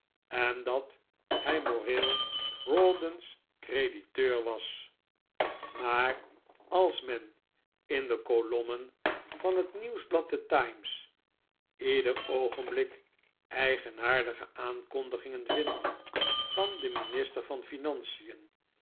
en dat hij moreel rawdon's crediteur was maar als men in de kolommen van het nieuwsblad de times ieder oogenblik eigenaardige aankondigingen vindt van den minister van financien